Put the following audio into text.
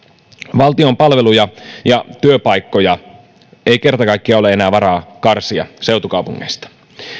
valtion palveluja ja työpaikkoja ei kerta kaikkiaan ole enää varaa karsia seutukaupungeista